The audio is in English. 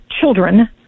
children